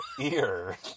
ear